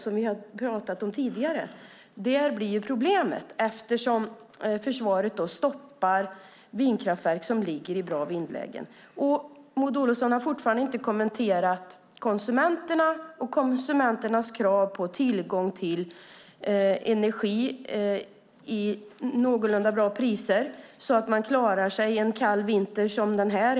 Där blir det problem, eftersom försvaret stoppar vindkraftverk som ligger i bra vindlägen. Maud Olofsson har fortfarande inte kommenterat konsumenterna och deras krav på tillgång till energi till någorlunda bra priser så att man klarar en kall vinter som den här.